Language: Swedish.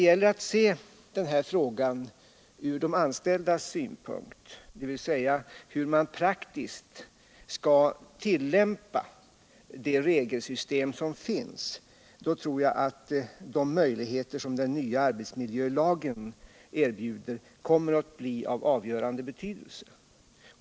För frågan om hur man praktiskt skall tillämpa det regelsystem som finns tror jag att de möjligheter som den nya arbetsmiljölagen erbjuder kommer att bli av avgörande betydelse.